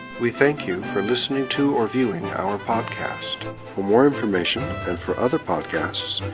we thank you for listening to or viewing our podcast. for more information, and for other podcasts,